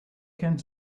kennt